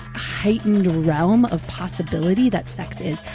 heightened realm of possibility that sex is.